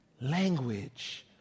language